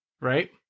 right